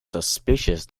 suspicious